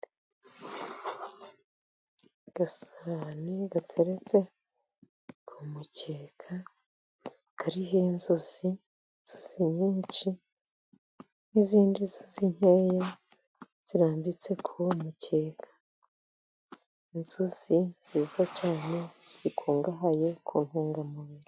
Agasahane gateretse ku mukeka kariho inzuzi, inzuzi nyinshi n'izindi nkeya zirambitse kuri uwo mukeka, inzuzi nziza cyane zikungahaye ku ntungamubiri.